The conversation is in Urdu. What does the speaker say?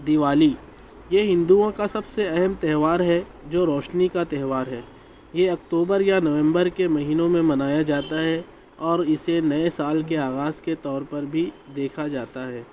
دیوالی یہ ہندوؤں کا سب سے اہم تہوار ہے جو روشنی کا تہوار ہے یہ اکتوبر یا نومبر کے مہینوں میں منایا جاتا ہے اور اسے نئے سال کے آغاز کے طور پر بھی دیکھا جاتا ہے